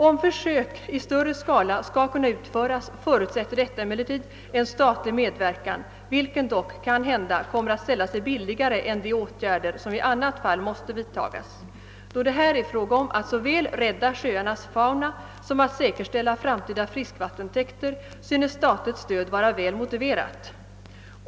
Om försök i större skala skall kunna utföras, förutsätter detta emellertid en statlig medverkan, vilken dock kanhända kommer att ställa sig billigare än de åtgärder som i annat fall måste vidtagas. Då det här är fråga om att såväl rädda sjöarnas fauna som säkerställa framtida friskvattentäkter, synes statligt stöd vara väl motiverat.